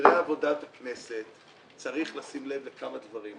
ובסדרי עבודת הכנסת, צריך לשים לב לכמה דברים.